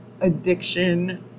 addiction